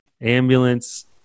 ambulance